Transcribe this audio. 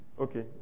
Okay